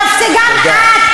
גם את.